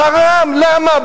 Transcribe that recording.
חראם, למה?